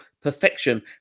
perfection